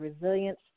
resilience